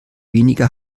weniger